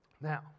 Now